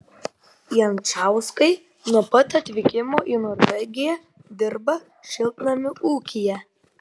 jančauskai nuo pat atvykimo į norvegiją dirba šiltnamių ūkyje